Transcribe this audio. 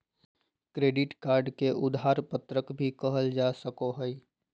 credit card के उधार पत्रक भी कहल जा सको हइ